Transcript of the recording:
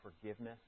forgiveness